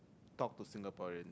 to talk to Singaporean